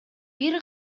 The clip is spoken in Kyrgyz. бир